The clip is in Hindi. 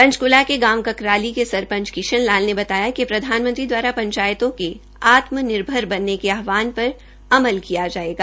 पंचकूला के गांव ककराली के सरपंच किशन लाल ने बताया कि प्रधानमंत्री द्वारा पंचायतों को आत्म निर्भर बनने के आहवान पर अमल किया जायेगा